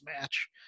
match